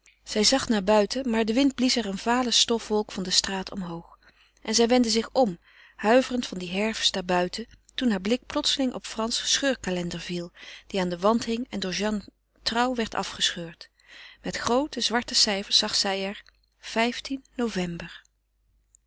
zij zag naar buiten maar de wind blies er eene vale stofwolk van de straat omhoog en zij wendde zich om huiverend van dien herfst daar buiten toen haar blik plotseling op frans scheurkalender viel die aan den wand hing en door jeanne trouw werd afgescheurd met groote zwarte cijfers zag zij er november